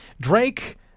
Drake